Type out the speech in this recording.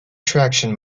traction